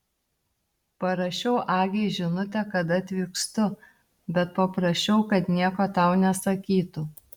parašiau agei žinutę kad atvykstu bet paprašiau kad nieko tau nesakytų